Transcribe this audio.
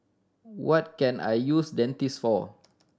what can I use Dentiste for